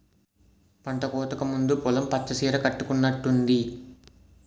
పంటకోతకు ముందు పొలం పచ్చ సీర కట్టుకునట్టుంది